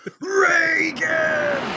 Reagan